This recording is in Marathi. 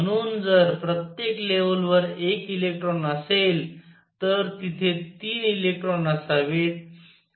म्हणून जर प्रत्येक लेव्हलवर एक इलेक्ट्रॉन असेल तर तेथे 3 इलेक्ट्रॉन असावेत